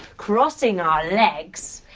crossing our legs,